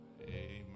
Amen